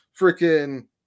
freaking